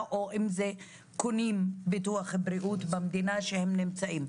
או קונים ביטוח בריאות במדינה שבה הם נמצאים.